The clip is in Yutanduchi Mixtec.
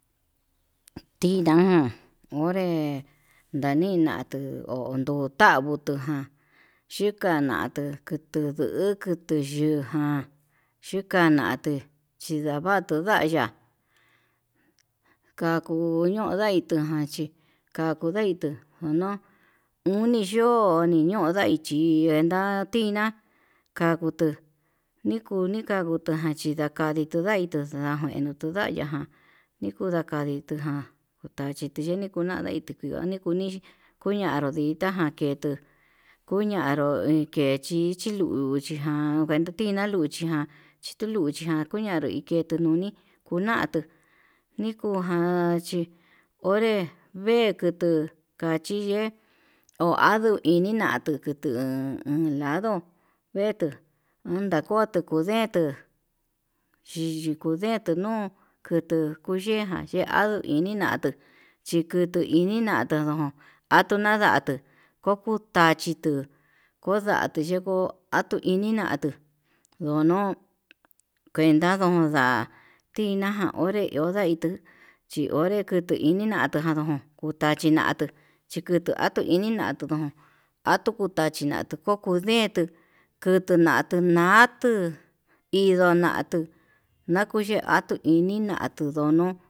Tiná onré ndanina tuu hó onduntangu tuu ján, chikanatu kutudu'u kutu yuu ján, xhikanatu xhikono tuvaya kakunundai kunachí, kakundatu ngunó uni yo'o nino ndai chí, ndá tiná ka ngutu niku nikandota chinukadita ndai nangueno tundai tundayaján nikun ndakadii tuján tuu taki yeni kuanda tikuii ni kuni kuñanditaja tuu ketuu, kuñanro he kechichiluu chijan kuetutina luchijá chinalujan chituluchiján iketuru nuni kunatuu, nikujan chí onré vee kutu kachi yee ohando inina nkutu en iin lado vetuu unda koto kundeto, yiyi kuyetu nuu kutuu kuchijan xhial inina chikutu inina, no'o atuu nandatu kokuu tachí tuu konda tuu yengo atu inina'a tuu ndono kuenta ndoda, tiná jan onre onraitu chí onré kitinautu nó kuta chinatuu chí kutu atuu inina'a, tujun atuu kutachi na'a nakoku kuu ndentu kuduu nantuu na'atu indo natuu nakuyuye atuini natuu ndonuu.